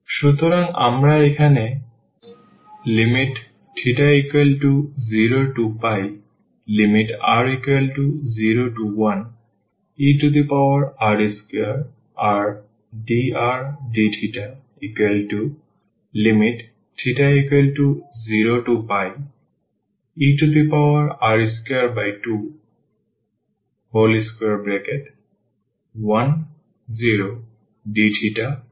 সুতরাং আমরা এখানে θ0r01er2rdrdθθ0er2201dθ12e 1 পাব